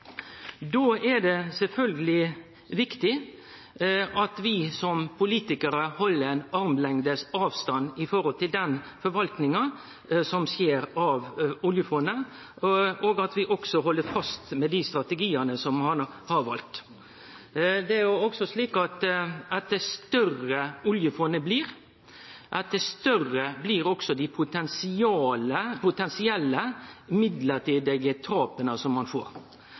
Då er det sjølvsagt viktig at vi som politikarar held armlengdes avstand til den forvaltinga som skjer av oljefondet, og at vi held fast ved dei strategiane som er valde. Det er òg slik at jo større oljefondet blir, jo større blir dei potensielle midlertidige tapa som ein får.